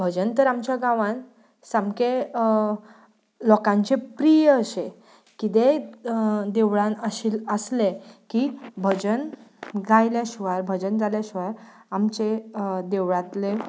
भजन तर आमच्या गांवांत सामकें लोकांचें प्रिय अशें कितेंय देवळांत आसलें की भजन गायले शिवार भजन जालें शिवार आमचें देवळांतलें